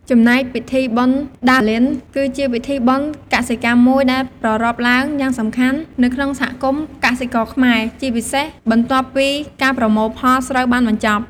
ចំណែកពិធីបុណ្យដារលាន គឺជាពិធីបុណ្យកសិកម្មមួយដែលប្រារព្ធឡើងយ៉ាងសំខាន់នៅក្នុងសហគមន៍កសិករខ្មែរ ជាពិសេស បន្ទាប់ពីការប្រមូលផលស្រូវបានបញ្ចប់។